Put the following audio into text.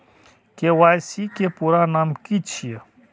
KYC के पूरा नाम की छिय?